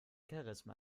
charisma